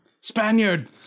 Spaniard